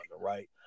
right